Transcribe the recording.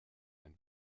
ein